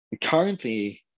currently